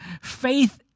Faith